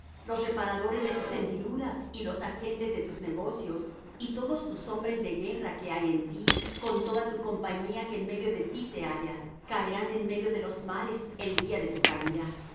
los reparadores de tus hendiduras y los agentes de tus negocios y todos tus hombres de guerra que hay en ti con toda tu compañía que en medio de ti se halla caerán en medio de los mares el día de tu caída